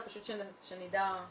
פשוט שנדע.